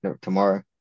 tomorrow